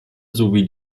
sowie